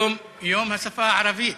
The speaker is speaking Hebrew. יום השפה הערבית.